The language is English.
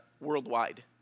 worldwide